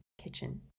kitchen